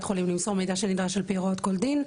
חולים למסור מידע שנדרש על פי הוראות כל דין,